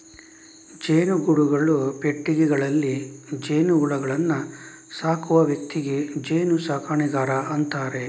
ಜೇನುಗೂಡುಗಳು, ಪೆಟ್ಟಿಗೆಗಳಲ್ಲಿ ಜೇನುಹುಳುಗಳನ್ನ ಸಾಕುವ ವ್ಯಕ್ತಿಗೆ ಜೇನು ಸಾಕಣೆಗಾರ ಅಂತಾರೆ